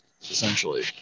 Essentially